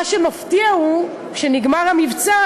מה שמפתיע הוא שכשנגמר המבצע,